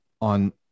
on